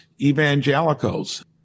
evangelicals